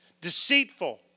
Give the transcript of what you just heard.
deceitful